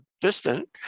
distant